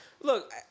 Look